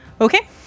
Okay